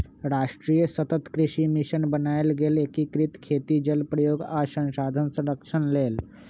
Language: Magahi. राष्ट्रीय सतत कृषि मिशन बनाएल गेल एकीकृत खेती जल प्रयोग आ संसाधन संरक्षण लेल